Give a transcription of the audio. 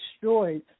destroyed